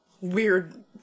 weird